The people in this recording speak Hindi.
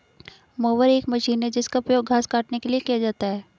मोवर एक मशीन है जिसका उपयोग घास काटने के लिए किया जाता है